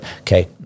Okay